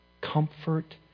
comfort